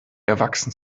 erwachsen